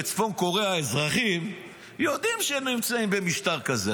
בצפון קוריאה האזרחים יודעים שהם נמצאים במשטר כזה.